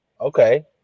okay